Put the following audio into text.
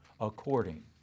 according